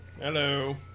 Hello